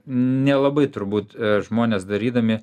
nelabai turbūt žmonės darydami